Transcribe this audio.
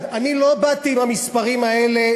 אני לא באתי עם המספרים האלה,